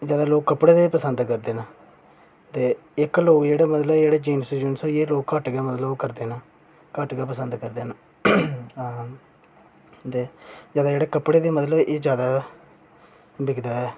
ज्यादा लोग कपड़े दे पसंद करदे न ते एक्क लोग जेह्ड़े मतलब जेह्ड़े जीन्स जून्स होई गेई घट्ट गै मतलब करदे न घट्ट गै पसंद करदे न ते ज्यादा जेह्ड़े कपड़े दे मतलब एह् ज्यादा बिकदा ऐ